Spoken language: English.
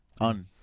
On